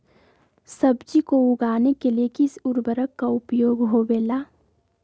सब्जी को उगाने के लिए किस उर्वरक का उपयोग होबेला?